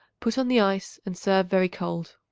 put on the ice and serve very cold.